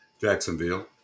jacksonville